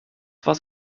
was